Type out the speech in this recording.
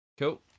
Cool